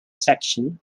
section